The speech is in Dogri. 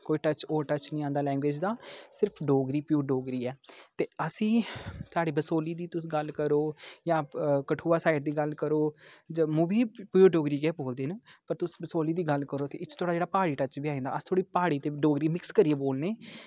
कोई टच होर टच नी आंदा लैंग्वेज़ दा सिर्फ डोगरी प्योर डोगरी ऐ ते असी साढ़ी बसोली दी तुस गल्ल करो जां कठुआ साइड दी गल्ल करो जम्मू बी प्योर डोगरी गै बोलदे न पर तुस बसोली दी गल्ल करो ते एह्दे च थोह्ड़ा जेह्ड़ा प्हाड़ी टच बी आई जंदा अस थोह्ड़ी प्हाड़ी ते डोगरी मिक्स करियै बोलने